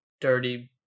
dirty